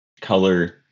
color